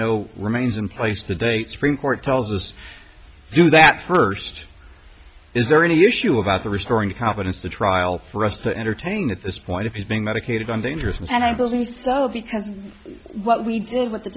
know remains in place the date supreme court tells us do that first is there any issue about the restoring confidence the trial for us to entertain at this point of his being medicated on dangerousness and i believe so because what we did with the